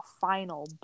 final